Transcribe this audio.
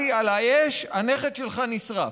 עלי על האש, הנכד שלך נשרף.